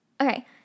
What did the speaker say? Okay